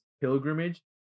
pilgrimage